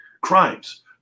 crimes